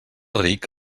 ric